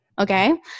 okay